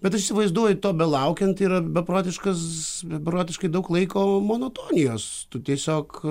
bet aš įsivaizduoju to belaukiant yra beprotiškas beprotiškai daug laiko monotonijos tu tiesiog